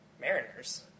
Mariners